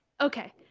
okay